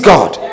God